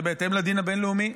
זה בהתאם לדין הבין-לאומי,